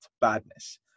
badness